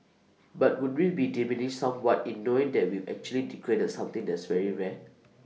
but would we be diminished somewhat in knowing that we've actually degraded something that's very rare